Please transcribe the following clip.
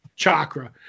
chakra